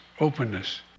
openness